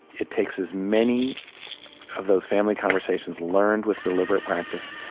it takes as many of those family conversations, learned with deliberate practice,